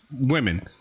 Women